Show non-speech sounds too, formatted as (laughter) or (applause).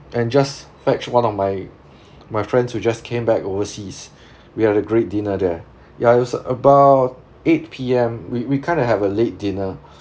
and just fetch one of my my friends who just came back overseas (breath) we had a great dinner there yeah it was about eight P_M we we kind of have a late dinner